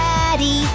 Daddy